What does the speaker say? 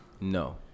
No